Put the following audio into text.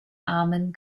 armen